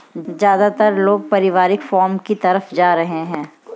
ज्यादातर लोग पारिवारिक फॉर्म की तरफ जा रहै है